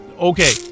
Okay